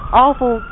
awful